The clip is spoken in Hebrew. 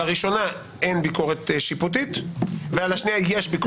הראשונה אין ביקורת שיפוטית ועל השנייה יש ביקורת שיפוטית.